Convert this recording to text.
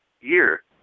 year